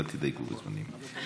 תדייקו בזמנים.